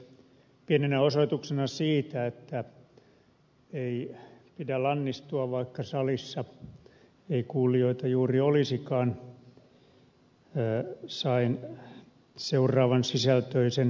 pienenä osoituksena siitä että ei pidä lannistua vaikka salissa ei kuulijoita juuri olisikaan sain seuraavan sisältöisen tekstiviestin